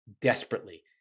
desperately